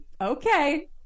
Okay